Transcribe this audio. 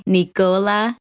Nicola